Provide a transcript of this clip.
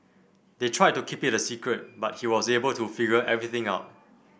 they tried to keep it a secret but he was able to figure everything out